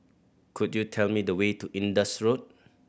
could you tell me the way to Indus Road